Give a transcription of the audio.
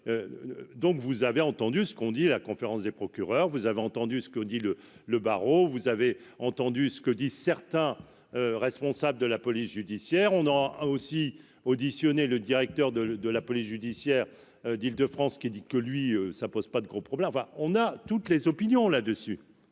donc, vous avez entendu ce qu'on dit, la conférence des procureurs, vous avez entendu ce que dit le le barreau, vous avez entendu ce que disent certains responsables de la police judiciaire, on en a aussi auditionné le directeur de de la police judiciaire d'Île-de-France qui dit que lui, ça pose pas de gros problèmes, enfin on a toutes les opinions là-dessus.